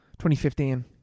2015